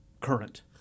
current